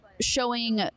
showing